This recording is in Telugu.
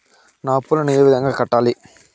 నా అప్పులను ఏ విధంగా కట్టాలి?